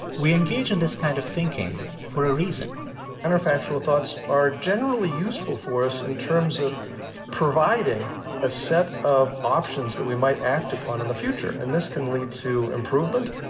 we engage in this kind of thinking for a reason counterfactual thoughts are generally useful for us in terms of providing a set of options that we might act upon in the future. and this can lead to improvement.